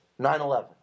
9-11